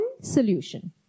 solution